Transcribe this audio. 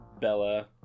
Bella